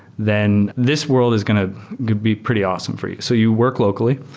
then this world is going to be pretty awesome for you. so you work locally.